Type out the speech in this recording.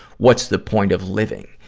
what's the point of living?